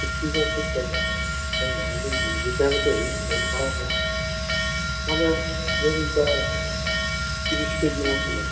তো ঠিক আছে তাহলে ম্যাম আমাদের নিয়ে যেতে হবে তো আমরা দেখুন তা তিরিশ কেজি মতো নেবো